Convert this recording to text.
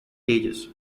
cages